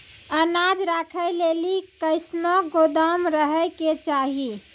अनाज राखै लेली कैसनौ गोदाम रहै के चाही?